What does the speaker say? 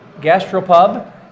gastropub